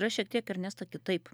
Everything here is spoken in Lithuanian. yra šiek tiek ernesta kitaip